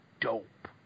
dope